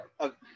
Okay